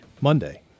Monday